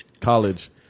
college